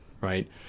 right